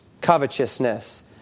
covetousness